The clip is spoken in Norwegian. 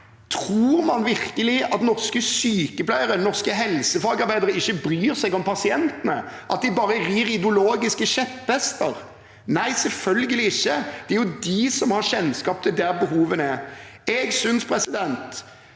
Tror man virkelig at norske sykepleiere, norske helsefagarbeidere, ikke bryr seg om pasientene – at de bare rir ideologiske kjepphester? Nei, selvfølgelig ikke, det er jo de som har kjennskap til hvor behovene er. Etter at